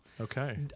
Okay